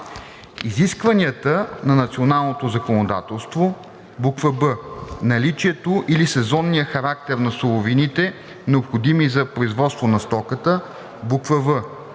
изискванията на националното законодателство; б) наличието или сезонния характер на суровините, необходими за производство на стоката; в)